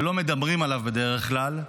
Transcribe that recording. שלא מדברים עליו בדרך כלל,